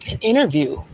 interview